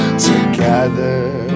Together